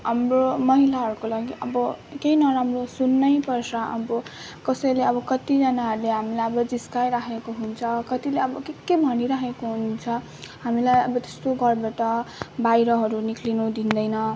हाम्रो महिलाहरूको लागि अब केही नराम्रो सुन्नै पर्छ अब कसैले अब कसैले कतिजनाहरूले हामलाई अब जिस्काइराखेको हुन्छ कतिले अब के के भनिराखेको हुन्छ हामीलाई त्यस्तो घरबाट बाहिरहरू निक्लिनु दिँदैन